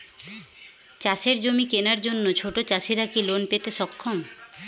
চাষের জমি কেনার জন্য ছোট চাষীরা কি লোন পেতে সক্ষম?